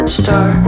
star